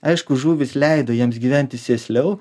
aišku žuvys leido jiems gyventi sėsliau